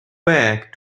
back